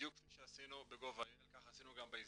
בדיוק כפי שעשינו ב- GOV.ILכך עשינו גם בהזדהות,